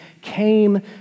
came